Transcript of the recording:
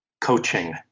coaching